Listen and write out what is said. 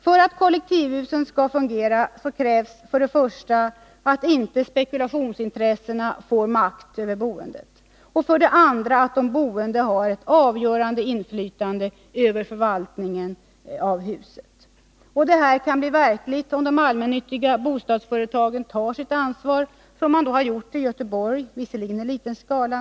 För att kollektivhusen skall fungera krävs för det första att inte spekulationsintressena får makt över boendet, och för det andra att de boende har ett avgörande inflytande över förvaltningen av huset. Detta kan bli verklighet om de allmännyttiga bostadsföretagen tar sitt ansvar för denna boendeform, såsom man gjort i Göteborg om än i liten skala.